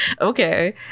okay